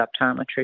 optometry